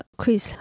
Chris